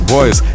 Boys